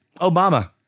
Obama